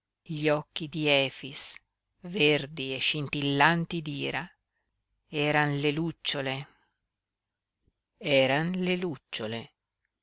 gli occhi di efix verdi scintillanti d'ira eran le lucciole eran le lucciole